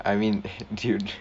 I mean dude